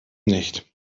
nicht